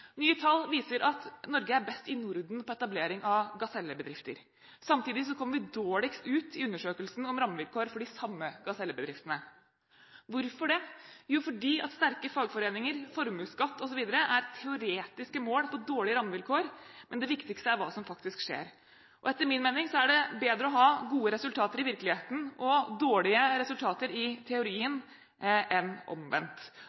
Nye tall viser at Norge er best i Norden på etablering av gasellebedrifter. Samtidig kommer vi dårligst ut i undersøkelsen om rammevilkår for de samme gasellebedriftene. Hvorfor det? Jo, fordi sterke fagforeninger, formuesskatt osv. er teoretiske mål på dårlige rammevilkår. Men det viktigste er hva som faktisk skjer. Etter min mening er det bedre å ha gode resultater i virkeligheten og dårlige resultater i teorien enn omvendt.